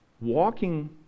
walking